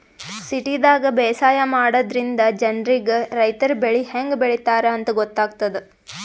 ಸಿಟಿದಾಗ್ ಬೇಸಾಯ ಮಾಡದ್ರಿನ್ದ ಜನ್ರಿಗ್ ರೈತರ್ ಬೆಳಿ ಹೆಂಗ್ ಬೆಳಿತಾರ್ ಅಂತ್ ಗೊತ್ತಾಗ್ತದ್